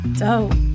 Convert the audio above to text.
dope